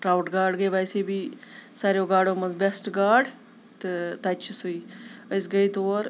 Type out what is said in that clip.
trout گاڈ گٔے ویسے بھی ساروے گاڈو منٛز بیسٹ گاڈ تہٕ تَتہِ چھِ سُے أسۍ گٔے تور